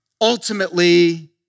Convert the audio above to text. Ultimately